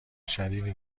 شدیدی